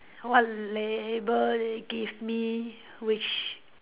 what label they give me which